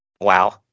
Wow